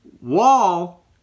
Wall